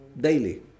daily